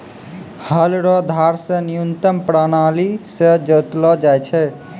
हल रो धार से न्यूतम प्राणाली से जोतलो जाय छै